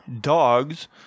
dogs